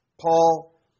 Paul